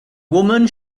woman